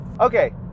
Okay